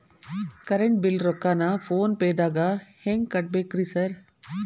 Current bill ರೊಕ್ಕಾನ ಫೋನ್ ಪೇದಾಗ ಹೆಂಗ್ ಕಟ್ಟಬೇಕ್ರಿ ಸರ್?